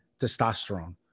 testosterone